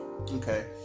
Okay